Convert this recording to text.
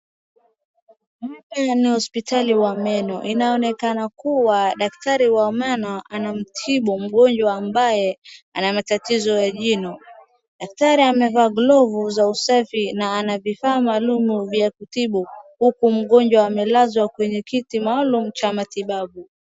Hapa ni hospitali ya meno, inaonekana kuwa daktari wa meno anamtibu mgonjwa ambaye ana tatizo la jino. Daktari amevaa glovu za usafi na ana vifaa maalum vya kutibu huku mgonjwa amelazwa kwenye kiti maalum cha matibabu.